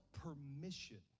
permission